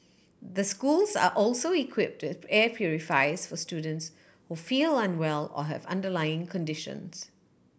the schools are also equipped air purifiers for students who feel unwell or have underlying conditions